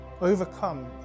overcome